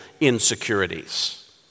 insecurities